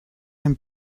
can